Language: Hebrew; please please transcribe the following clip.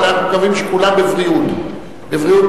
אבל אנחנו מקווים שכולם בבריאות מלאה.